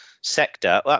sector